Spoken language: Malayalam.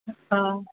ആ